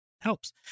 helps